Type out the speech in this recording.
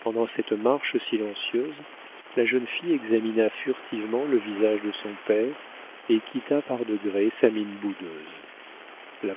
pendant cette marche silencieuse la jeune fille examina furtivement le visage de son père et quitta par degrés sa mine boudeuse la